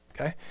okay